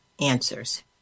answers